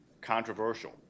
controversial